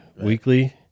weekly